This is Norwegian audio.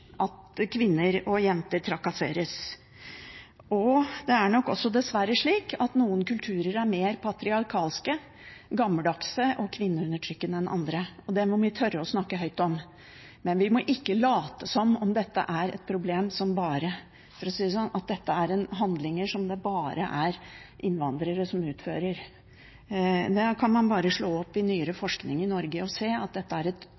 at kvinner og jenter trakasseres, og det er nok også dessverre slik at noen kulturer er mer patriarkalske, gammeldagse og kvinneundertrykkende enn andre. Det må vi tørre å snakke høyt om, men vi må ikke late som om dette er handlinger som det bare er innvandrere som utfører. Da kan man bare slå opp i nyere forskning i Norge og se at dette er et